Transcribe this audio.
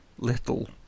little